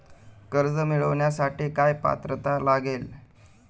कर्ज मिळवण्यासाठी काय पात्रता लागेल?